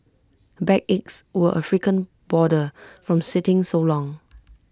backaches were A frequent bother from sitting so long